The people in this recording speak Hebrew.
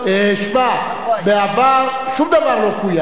שמע, בעבר שום דבר לא קוים.